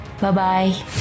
Bye-bye